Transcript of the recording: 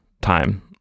time